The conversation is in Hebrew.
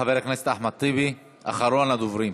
חבר הכנסת אחמד טיבי, אחרון הדוברים.